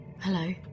Hello